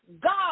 God